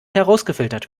herausgefiltert